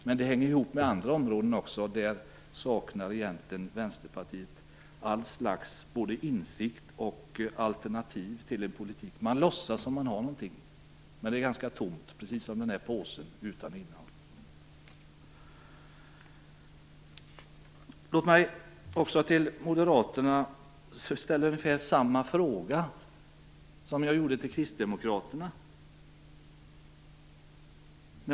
Men det hänger ihop med andra områden också. Där saknar Vänsterpartiet all slags insikt och alternativ till en politik. Man låtsas som om man har någonting. Men det är ganska tomt, precis som den där påsen utan innehåll. Låt mig också till moderaterna ställa ungefär samma fråga som jag ställde till kristdemokraterna.